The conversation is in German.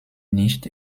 nicht